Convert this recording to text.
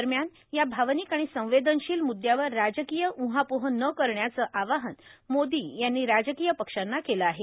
दरम्यान या भावनिक आणि संवेदनशिल मूद्यावर राजकिय उहापोह न करण्याचं आवाहन मोदी यांनी राजकीय पक्षांना केलं आहे